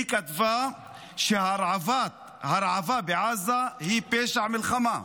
היא כתבה שההרעבה בעזה היא פשע מלחמה.